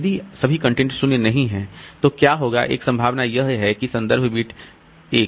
यदि सभी कंटेंट 0 नहीं है तो क्या होगा एक संभावना यह है कि यह संदर्भ बिट 1